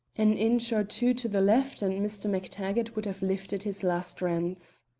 an inch or two to the left and mr. mactaggart would have lifted his last rents.